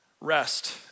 rest